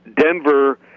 Denver